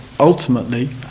ultimately